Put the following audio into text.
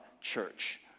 church